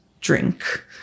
drink